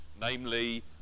namely